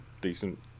decent